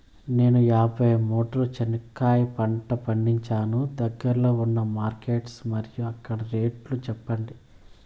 నేను యాభై మూటల చెనక్కాయ పంట పండించాను దగ్గర్లో ఉన్న మార్కెట్స్ మరియు అక్కడ రేట్లు చెప్పండి?